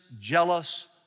jealous